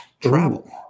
Travel